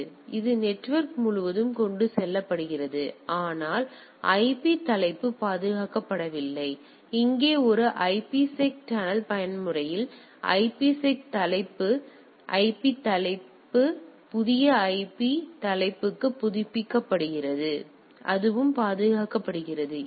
எனவே இது நெட்வொர்க் முழுவதும் கொண்டு செல்லப்படுகிறது ஆனால் ஐபி தலைப்பு பாதுகாக்கப்படவில்லை இங்கே ஒரு ஐபிசெக் டனல் பயன்முறையில் ஐபிசெக் தலைப்பு ஐபி தலைப்பு புதிய ஐபி தலைப்புக்கு புதுப்பிக்கப்படுகிறது எனவே அதுவும் பாதுகாக்கப்படுகிறது